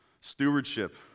stewardship